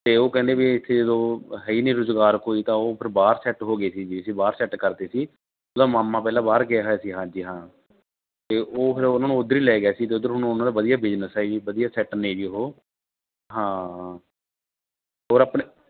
ਅਤੇ ਉਹ ਕਹਿੰਦੇ ਵੀ ਇੱਥੇ ਜਦੋਂ ਹੈ ਹੀ ਨਹੀਂ ਰੁਜ਼ਗਾਰ ਕੋਈ ਤਾਂ ਉਹ ਫਿਰ ਬਾਹਰ ਸੈੱਟ ਹੋ ਗਏ ਸੀ ਜੀ ਅਸੀਂ ਬਾਹਰ ਸੈੱਟ ਕਰ ਤੇ ਸੀ ਉਹਦਾ ਮਾਮਾ ਪਹਿਲਾਂ ਬਾਹਰ ਗਿਆ ਹੋਇਆ ਸੀ ਹਾਂਜੀ ਹਾਂ ਅਤੇ ਉਹ ਫਿਰ ਉਹਨਾਂ ਨੂੰ ਉੱਧਰ ਹੀ ਲੈ ਗਿਆ ਸੀ ਅਤੇ ਉੱਧਰ ਹੁਣ ਉਹਨਾਂ ਦਾ ਵਧੀਆ ਬਿਜ਼ਨਸ ਹੈ ਜੀ ਵਧੀਆ ਸੈਟ ਨੇ ਜੀ ਉਹ ਹਾਂ ਔਰ ਆਪਣੇ